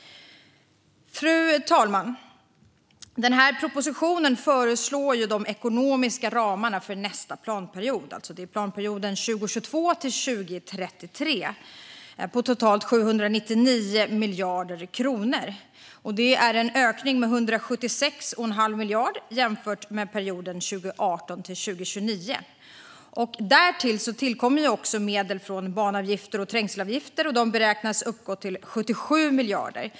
Fru talman! Denna proposition föreslår de ekonomiska ramarna för nästa planperiod, 2022-2033, på totalt 799 miljarder kronor. Det är en ökning på 176 1⁄2 miljard jämfört med perioden 2018-2029. Därtill kommer medel från banavgifter och trängselavgifter, som beräknas uppgå till 77 miljarder.